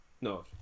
No